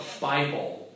Bible